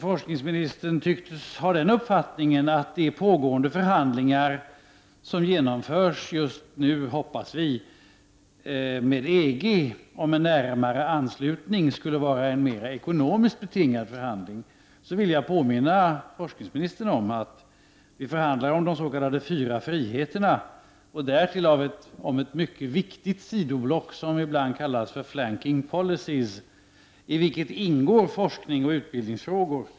Forskningsministern tycktes ha den uppfattningen att de förhandlingar som genomförs just nu — hoppas vi — med EG om en närmare anslutning skulle vara mera ekonomiskt betingade förhandlingar. Jag vill då påminna forskningsministern om att vi förhandlar om de s.k. fyra friheterna, och därtill om ett mycket viktigt sidoblock som ibland kallas för Flanking policies, i vilket ingår forskningsoch utbildningsfrågor.